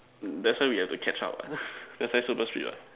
that's why we have to catch up what that's why super speed what